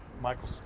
Michael